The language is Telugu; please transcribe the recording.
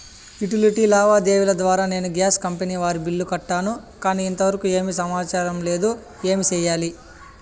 యుటిలిటీ లావాదేవీల ద్వారా నేను గ్యాస్ కంపెని వారి బిల్లు కట్టాను కానీ ఇంతవరకు ఏమి సమాచారం లేదు, ఏమి సెయ్యాలి?